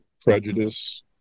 prejudice